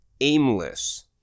aimless